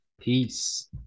Peace